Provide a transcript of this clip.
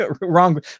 wrong